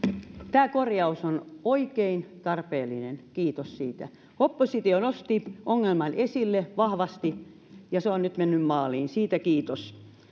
tämä korjaus on oikein tarpeellinen kiitos siitä oppositio nosti ongelman esille vahvasti ja se on nyt mennyt maaliin siitä kiitos